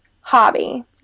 Hobby